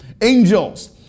Angels